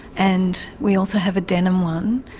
and we also have a denim one.